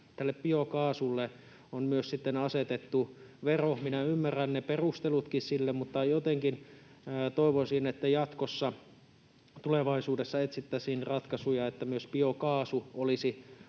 biokaasulle on myös sitten asetettu vero. Minä ymmärrän ne perustelutkin sille, mutta jotenkin toivoisin, että jatkossa, tulevaisuudessa, etsittäisiin ratkaisuja, että myös biokaasu olisi sekä